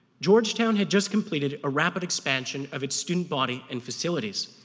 georgetown had just completed a rapid expansion of its student body and facilities.